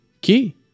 key